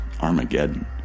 Armageddon